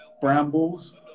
brambles